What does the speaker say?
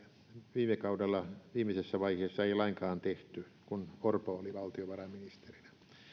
viime kaudella viimeisessä vaiheessa ei lainkaan tehty kun orpo oli valtiovarainministerinä